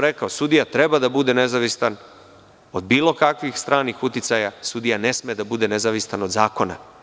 Rekao sam - sudija treba da bude nezavistan od bilo kakvih stranih uticaja, sudija ne sme da bude nezavistan od zakona.